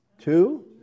Two